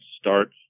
starts